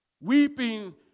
Weeping